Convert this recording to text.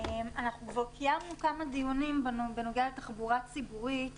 אנחנו כבר קיימנו כמה דיונים בנוגע לתחבורה הציבורית